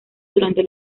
durante